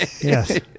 yes